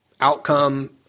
outcome